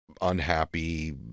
unhappy